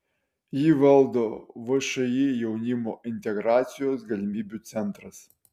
jį valdo všį jaunimo integracijos galimybių centras